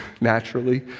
naturally